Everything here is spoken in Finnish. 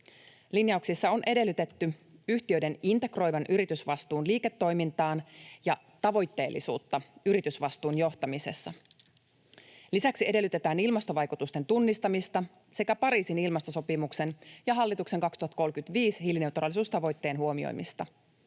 Linjauksissa on edellytetty yhtiöiden integroivan yritysvastuun liiketoimintaan ja tavoitteellisuutta yritysvastuun johtamisessa. Lisäksi edellytetään ilmastovaikutusten tunnistamista sekä Pariisin ilmastosopimuksen ja hallituksen vuoden 2035 hiilineutraalisuustavoitteen huomioimista.